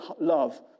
love